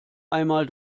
einmal